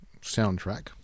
soundtrack